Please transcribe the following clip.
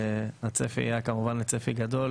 הצפי היה כמובן צפי גדול